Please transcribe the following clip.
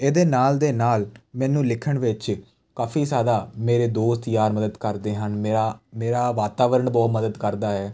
ਇਹਦੇ ਨਾਲ ਦੇ ਨਾਲ ਮੈਨੂੰ ਲਿਖਣ ਵਿੱਚ ਕਾਫੀ ਜ਼ਿਆਦਾ ਮੇਰੇ ਦੋਸਤ ਯਾਰ ਮਦਦ ਕਰਦੇ ਹਨ ਮੇਰਾ ਮੇਰਾ ਵਾਤਾਵਰਨ ਬਹੁਤ ਮਦਦ ਕਰਦਾ ਹੈ